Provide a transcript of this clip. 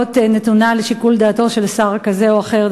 נתונה לשיקול דעתו של שר כזה או אחר.